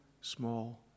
small